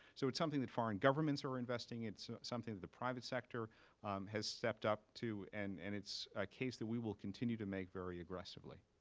so it's something that foreign governments are investing in. it's something that the private sector has stepped up to, and and it's a case that we will continue to make very aggressively.